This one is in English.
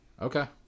okay